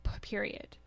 period